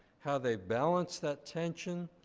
how they've balanced that tension,